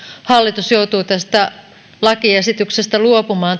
hallitus joutuu tästä lakiesityksestä luopumaan